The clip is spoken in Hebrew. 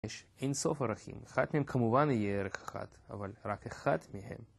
יש אין סוף ערכים, אחד מהם כמובן יהיה ערך אחת, אבל רק אחת מהם